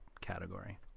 category